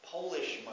Polish